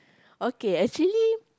okay actually